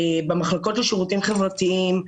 במחלקות לשירותים חברתיים,